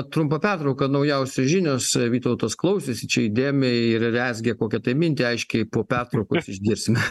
trumpą pertrauką naujausios žinios vytautas klausėsi čia įdėmiai ir rezgė kokią tai mintį aiškiai po pertraukos išgirsime